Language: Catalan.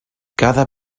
cada